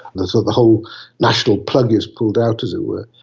the so the whole national plug is pulled out, as it were.